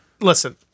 listen